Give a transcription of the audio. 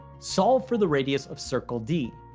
solve for the radius of circle d.